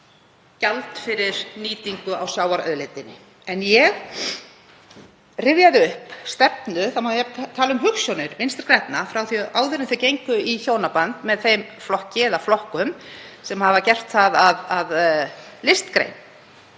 gjald fyrir nýtingu á sjávarauðlindinni. En ég rifjaði upp stefnu — það má tala um hugsjónir —Vinstri grænna frá því áður en þau gengu í hjónaband með þeim flokkum sem hafa gert það að listgrein